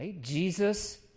Jesus